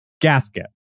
Gasket